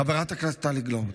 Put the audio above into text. חברת הכנסת טלי גוטליב.